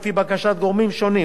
לפי בקשת גורמים שונים,